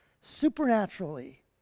supernaturally